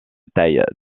taille